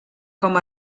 com